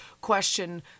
question